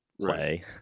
play